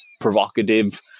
provocative